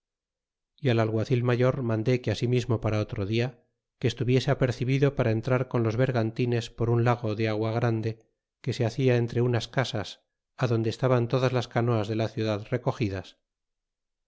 é al alguacil mayor mande que asimismo para otro dia que estuviese apercebido para entrar con los bergantines por un lago de agua grande que se ha cia entre unas casas á donde estaban todas las canoas de la ciu dad recogidas y